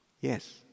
Yes